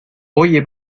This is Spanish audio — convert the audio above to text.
oye